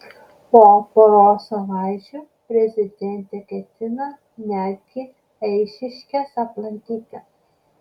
po poros savaičių prezidentė ketina netgi eišiškes aplankyti